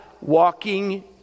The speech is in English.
walking